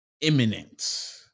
imminent